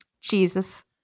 jesus